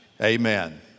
Amen